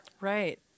Right